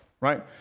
right